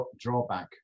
drawback